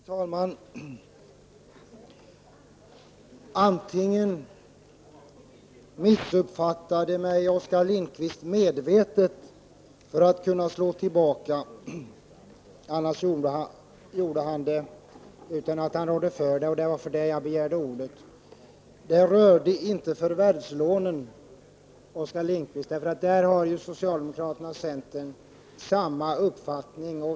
Herr talman! Antingen missuppfattade Oskar Lindkvist mig medvetet för att kunna slå tillbaka, annars gjorde han det utan att han rådde för det. Det var därför jag begärde ordet. Det gällde inte förvärvslånen, Oskar Lindkvist. Där har socialdemokraterna och centern samma uppfattning.